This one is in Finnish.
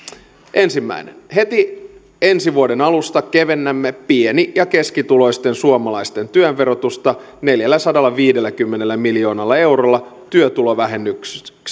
ensimmäinen heti ensi vuoden alusta kevennämme pieni ja keskituloisten suomalaisten työn verotusta neljälläsadallaviidelläkymmenellä miljoonalla eurolla työtulovähennystä